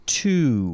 two